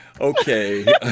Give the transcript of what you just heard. Okay